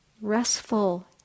restful